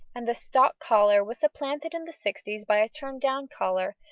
and the stock-collar was supplanted in the sixties by a turn-down collar,